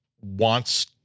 wants